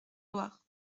loire